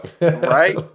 right